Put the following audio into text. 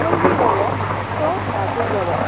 पयली रवो मातसो भाजून घेवप